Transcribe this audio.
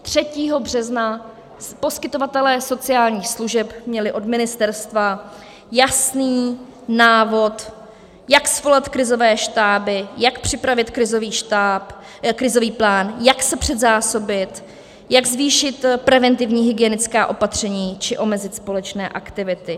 Třetího března poskytovatelé sociálních služeb měli od ministerstva jasný návod, jak svolat krizové štáby, jak připravit krizový plán, jak se předzásobit, jak zvýšit preventivní hygienická opatření či omezit společné aktivity.